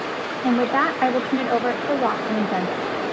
and with that, i will turn it over to roxanne johnson.